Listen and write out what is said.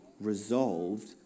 resolved